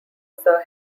sir